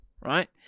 right